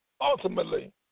Ultimately